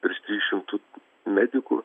virš tris šimtų medikų